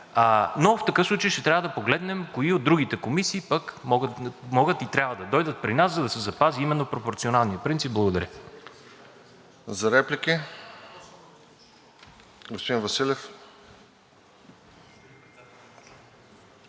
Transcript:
но в такъв случай ще трябва да погледнем кои от другите комисии пък могат и трябва да дойдат при нас, за да се запази именно пропорционалният принцип. Благодаря. ПРЕДСЕДАТЕЛ РОСЕН